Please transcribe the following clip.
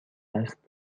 است